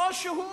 או שהוא